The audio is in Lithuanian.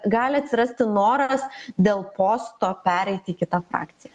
gali atsirasti noras dėl posto pereiti į kitą frakciją